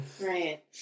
Right